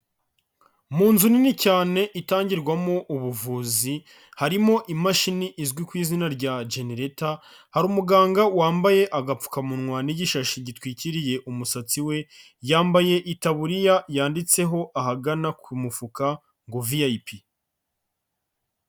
Mu nzu nini cyane itangirwamo ubuvuzi, harimo imashini izwi ku izina rya genereta, hari umuganga wambaye agapfukamunwa n'igishashi gitwikiriye umusatsi we, yambaye itaburiya yanditseho ahagana ku mufuka ngo VIP.